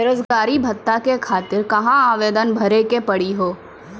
बेरोजगारी भत्ता के खातिर कहां आवेदन भरे के पड़ी हो?